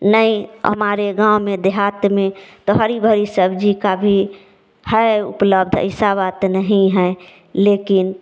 नहीं हमारे गाँव में देहात में तो हरी भारी सब्जी का भी है उपलब्ध ऐसा बात नहीं है लेकिन